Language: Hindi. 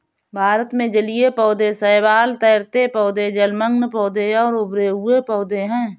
भारत में जलीय पौधे शैवाल, तैरते पौधे, जलमग्न पौधे और उभरे हुए पौधे हैं